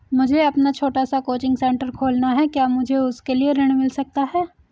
मुझे अपना छोटा सा कोचिंग सेंटर खोलना है क्या मुझे उसके लिए ऋण मिल सकता है?